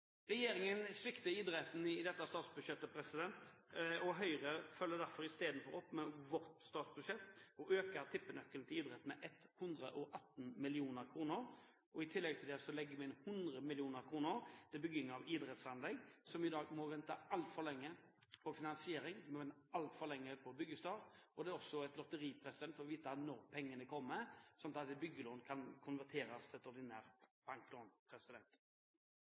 Regjeringen svikter idretten i dette statsbudsjettet, og Høyre følger i stedet opp med sitt statsbudsjett og øker tippenøkkelen til idretten med 118 mill. kr. I tillegg legger vi inn 100 mill. kr til bygging av idrettsanlegg, som vi i dag må vente altfor lenge på finansiering og altfor lenge på byggestart. Det er også et lotteri å vite når pengene kommer, slik at byggelån kan konverteres til et ordinært banklån.